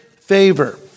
favor